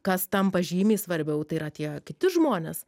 kas tampa žymiai svarbiau tai yra tie kiti žmonės